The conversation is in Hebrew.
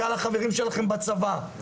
כעל החברים שלכם מהצבא.